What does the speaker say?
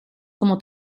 como